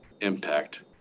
impact